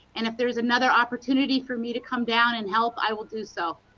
and if there is another opportunity for me to come down and help, i will do so.